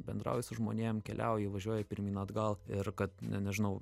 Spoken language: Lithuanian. bendrauji su žmonėm keliauji važiuoji pirmyn atgal ir kad ne nežinau